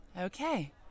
Okay